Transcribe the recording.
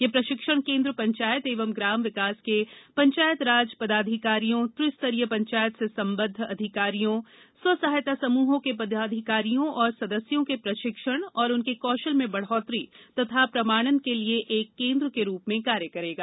ये प्रशिक्षण केन्द्र पंचायत एवं ग्राम विकास के पंचायतराज पदाधिकारियों त्रिस्तरीय पंचायतों से संबंद्व अधिकारियों स्व सहायता समूहों के पदाधिकारियों एवं सदस्यों के प्रशिक्षण और उनके कौशल में बढ़ोतरी तथा प्रमाणन के लिए एक केन्द्र के रूप में कार्य करेगा